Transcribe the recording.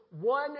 one